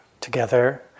together